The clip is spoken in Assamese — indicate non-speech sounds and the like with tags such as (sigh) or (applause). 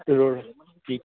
(unintelligible)